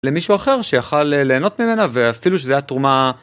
למישהו אחר שיכל ליהנות ממנה ואפילו שזה תרומה.